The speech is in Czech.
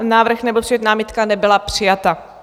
Návrh, nebo spíše námitka nebyla přijata.